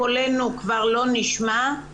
קולנו כבר לא נשמע.